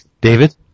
David